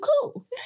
cool